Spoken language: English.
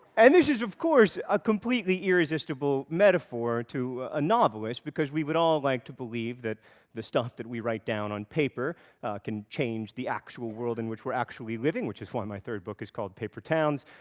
and this is of course a completely irresistible metaphor to a novelist, because we would all like to believe that the stuff that we write down on paper can change the actual world in which we're actually living which is why my third book is called paper towns.